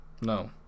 No